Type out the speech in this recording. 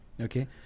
Okay